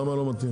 למה לא מתאים?